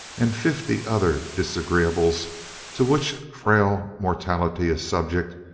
and fifty other disagreeables to which frail mortality is subject,